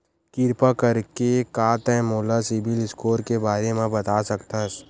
किरपा करके का तै मोला सीबिल स्कोर के बारे माँ बता सकथस?